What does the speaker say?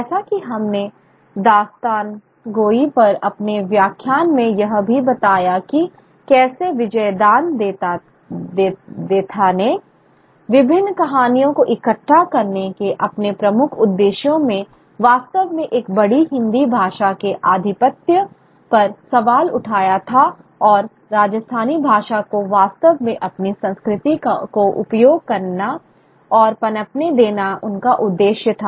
जैसा कि हमने दास्तानगोई पर अपने व्याख्यान में यह भी बताया कि कैसे विजयदान देथा ने विभिन्न कहानियों को इकट्ठा करने के अपने प्रमुख उद्देश्यों में वास्तव में एक बड़ी हिंदी भाषा के आधिपत्य पर सवाल उठाया था और राजस्थानी भाषा को वास्तव में अपनी संस्कृति को उपयोग करना और पनपने देना उनका उद्देश्य था